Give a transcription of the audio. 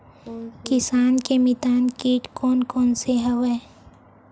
किसान के मितान कीट कोन कोन से हवय?